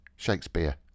Shakespeare